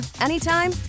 anytime